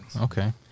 Okay